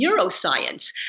neuroscience